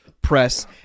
press